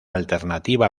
alternativa